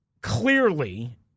Clearly